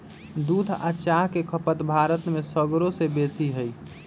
दूध आ चाह के खपत भारत में सगरो से बेशी हइ